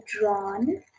drawn